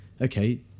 Okay